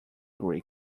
greek